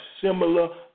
similar